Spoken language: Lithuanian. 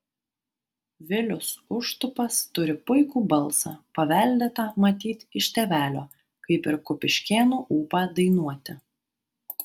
vilius užtupas turi puikų balsą paveldėtą matyt iš tėvelio kaip ir kupiškėnų ūpą dainuoti